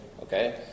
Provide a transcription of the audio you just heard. okay